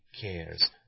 cares